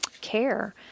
care